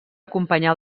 acompanyar